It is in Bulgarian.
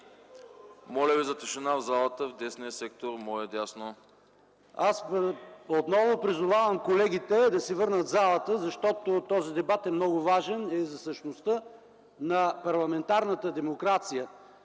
Моля ви за тишина в залата в десния сектор. ПАВЕЛ ШОПОВ (Атака): Аз отново призовавам колегите да се върнат в залата, защото този дебат е много важен и за същността на парламентарната демокрация